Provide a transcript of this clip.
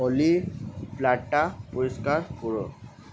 অলি ফ্ল্যাটটা পরিষ্কার করো